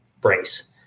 brace